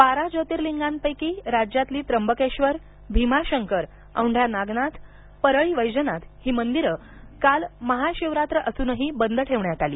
बारा ज्योतर्लिंगांपैकी राज्यातली त्र्यंबकेश्वर भीमाशंकर औंढा नागनाथ परळी वैजनाथ ही मंदिरं काल महाशिवरात्र असूनही बंद ठेवण्यात आली